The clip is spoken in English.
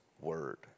word